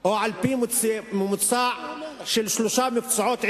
או על-פי ממוצע של שלושה מקצועות עיקריים,